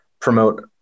promote